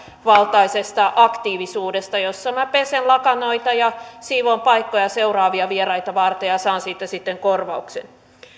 aktiivisuudesta jossa minä pesen lakanoita ja siivoan paikkoja seuraavia vieraita varten ja saan siitä sitten korvauksen